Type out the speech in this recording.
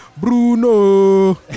Bruno